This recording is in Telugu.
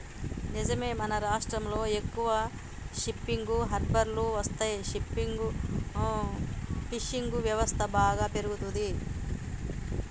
నిజమే మన రాష్ట్రంలో ఎక్కువ షిప్పింగ్ హార్బర్లు వస్తే ఫిషింగ్ వ్యవస్థ బాగా పెరుగుతంది